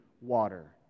water